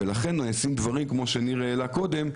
ולכן נעשים דברים כמו שניר העלה קודם.